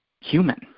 human